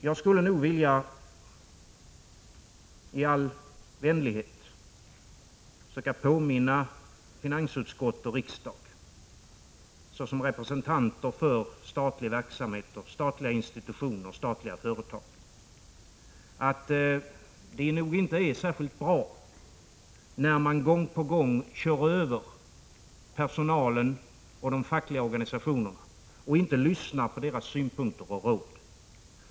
Jag skulle nog vilja, i all vänlighet, påpeka för finansutskottet och riksdagen, såsom representanter för statlig verksamhet, statliga institutioner och statliga företag, att det inte är särskilt bra när man gång på gång kör över personalen och de fackliga organisationerna och inte lyssnar på deras synpunkter och råd.